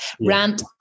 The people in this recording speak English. rant